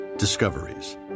Discoveries